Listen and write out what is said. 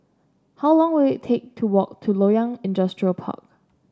how long will it take to walk to Loyang Industrial Park